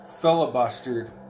filibustered